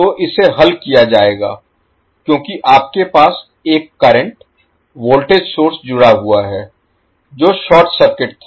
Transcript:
तो इसे हल किया जाएगा क्योंकि आपके पास एक करंट वोल्टेज सोर्स जुड़ा हुआ है जो शॉर्ट सर्किट था